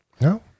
No